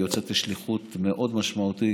היא יוצאת לשליחות מאוד משמעותית